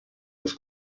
was